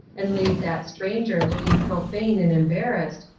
and leave that stranger looking profane and embarrassed,